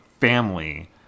family